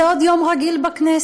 זה עוד יום רגיל בכנסת.